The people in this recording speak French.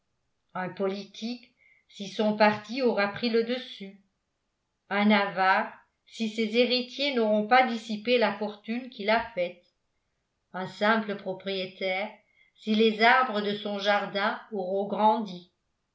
un politique si son parti aura pris le dessus un avare si ses héritiers n'auront pas dissipé la fortune qu'il a faite un simple propriétaire si les arbres de son jardin auront grandi